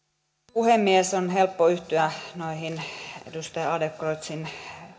puhemies on helppo yhtyä noihin edustaja adlercreutzin